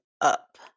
up